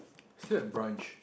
still at branch